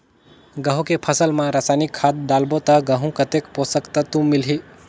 गंहू के फसल मा रसायनिक खाद डालबो ता गंहू कतेक पोषक तत्व मिलही?